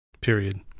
period